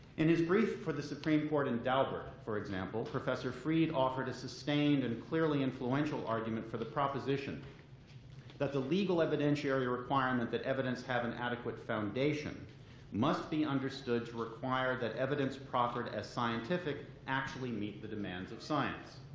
in his brief for the supreme court in daubert, for example, professor fried offered a sustained and clearly influential argument for the proposition that the legal evidentiary requirement that evidence have an adequate foundation must be understood to require that evidence proffered as scientific actually meet the demands of science.